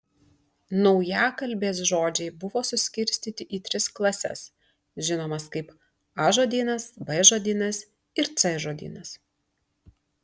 naujakalbės žodžiai buvo suskirstyti į tris klases žinomas kaip a žodynas b žodynas ir c žodynas